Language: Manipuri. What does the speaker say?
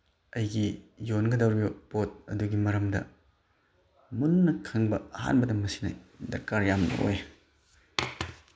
ꯑꯩꯒꯤ ꯌꯣꯟꯒꯗꯧꯔꯤꯕ ꯄꯣꯠ ꯑꯗꯨꯒꯤ ꯃꯔꯝꯗ ꯃꯨꯟꯅ ꯈꯪꯕ ꯑꯍꯥꯟꯕꯗ ꯃꯁꯤꯅ ꯗꯔꯀꯥꯔ ꯌꯥꯝꯅ ꯑꯣꯏ